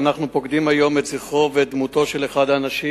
אנחנו פוקדים היום את זכרו ואת דמותו של אחד האנשים